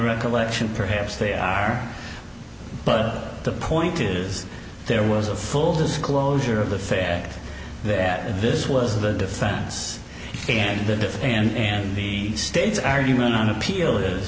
recollection perhaps they are but the point is there was a full disclosure of the fact that this was the defense and the and the state's argument on appeal is